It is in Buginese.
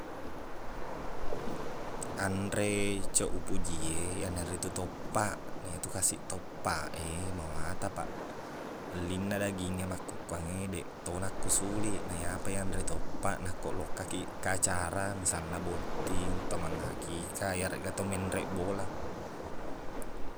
Anre coq upoji e iyana ritu toppaq naitu kasiq toppaq e mawatang apaq ellinna daging e makkukkuae deq to nakko soliq naiyapo yanre toppaq nakko lokkakiq engka acara misalna botting tau manghakika iyareqga to menreq bola